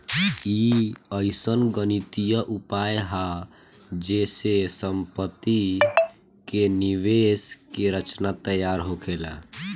ई अइसन गणितीय उपाय हा जे से सम्पति के निवेश के रचना तैयार होखेला